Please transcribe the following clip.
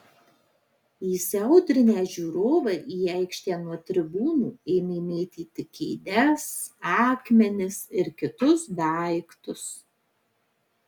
įsiaudrinę žiūrovai į aikštę nuo tribūnų ėmė mėtyti kėdes akmenis ir kitus daiktus